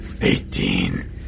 Eighteen